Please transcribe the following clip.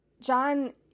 John